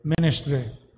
ministry